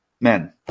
Men